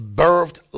birthed